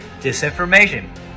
disinformation